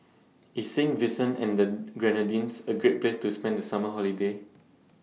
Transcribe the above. IS Saint Vincent and The Grenadines A Great Place to spend The Summer Holiday